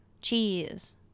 cheese